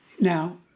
Now